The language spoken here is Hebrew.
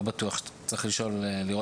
למה?